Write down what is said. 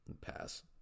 pass